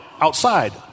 outside